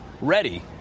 ready